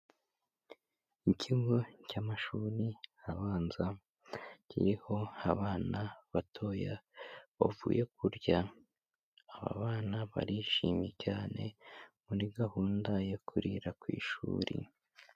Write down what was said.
Icyigo cy'amashuri abanza kiriho abana batoya bavuye kurya aba bana barishimye cyane muri gahunda yo kurira ku ishuri.